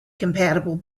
compatible